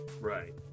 Right